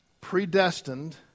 predestined